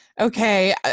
okay